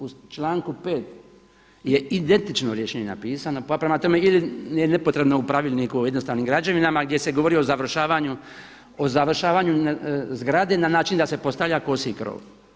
U članku 5. je identično rješenje napisano, pa prema tome ili je nepotrebno u Pravilniku o jednostavnim građevinama gdje se govori o završavanju zgrade na način da se postavlja kosi krov.